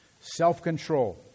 self-control